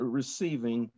receiving